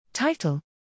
Title